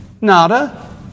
Nada